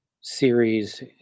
series